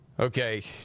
Okay